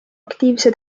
aktiivse